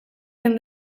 zein